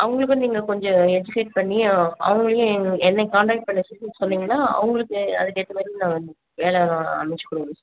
அவங்களுக்கு நீங்கள் கொஞ்சம் எஜிகேட் பண்ணி அவங்களையும் என்னை கான்டக்ட் பண்ண சு சொன்னிங்கன்னால் அவங்களுக்கு அதுக்கேற்ற மாதிரி நான் வேலை அனுபிச்சி கொடுக்குறேன் சார்